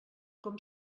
com